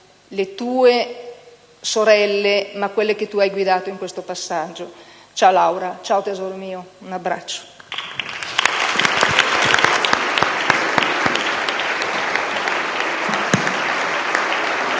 le tue sorelle, quelle che tu hai guidato in questo passaggio. Ciao, Laura. Ciao, tesoro mio. Un abbraccio.